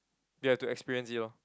you have to experience it lor